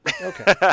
Okay